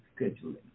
scheduling